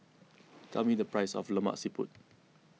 tell me the price of Lemak Siput